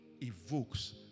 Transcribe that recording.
evokes